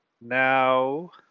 Now